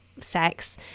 sex